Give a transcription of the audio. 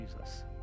Jesus